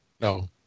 no